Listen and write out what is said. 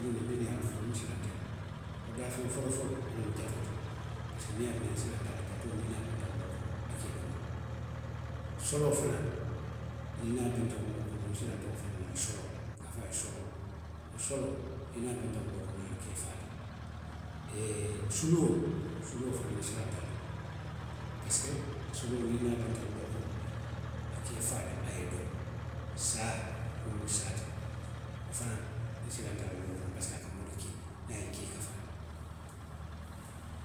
Minnu, minnu ye a loŋ ko nsilanta i la. Wo daafeŋ foloo foloo wo loŋ jatoo ti. Parisiko muŋ ye a tiŋ na nsilanta a la. jatoo niŋ i niŋ a benta wuloo kono. a ka i domo le. Soloo fanaŋ niŋ i niŋ a benta wuloo kono. nsilanta wo fanaŋ na le soloo, i ka a fo a ye soloo. Wo soloo niŋ i niŋ a benta wuloo kono a ka i faa le., suluo. suluo fanaŋ nsilanta a la le. Parisiko. suluo niŋ i niŋ a benta wuloo kono, a ka i faa le a ye i domo. Saa, miŋ mu saa ti, wo fanaŋ nsilanta a la wuloo kono le parisiko a moolu kiŋ ne niŋ a ye i kiŋ i ka faa le.